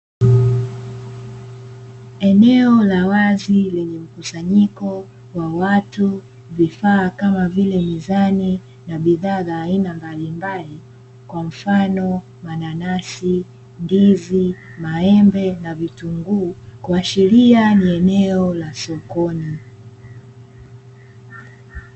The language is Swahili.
Eneo la wazi lenye mkusanyiko wa watu vifaa kama vile mizani na bidhaa za aina mbalimbali, kwa mfano mananasi, ndizi, maembe na vitunguu, kuashiria ni eneo la sokoni.